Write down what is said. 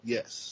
Yes